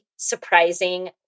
surprising